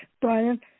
Brian